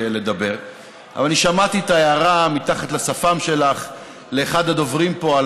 שמעתי את ההערה מתחת לשפם שלך לאחד הדוברים פה,